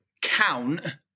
count